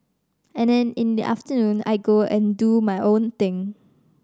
and then in the afternoon I go and do my own thing